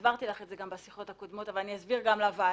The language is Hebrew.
הסברתי לך את זה גם בשיחות הקודמות אבל אני אסביר גם לוועדה.